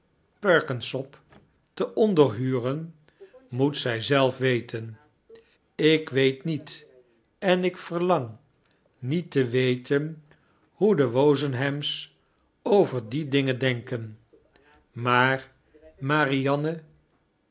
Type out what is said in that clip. perkinsop te onderhuren moet zy zelf weten ik weet niet en ik verlang niet te weten hoe de wozenhams over die dingen denken maar marianne